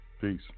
Peace